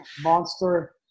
Monster